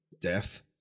Death